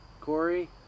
Corey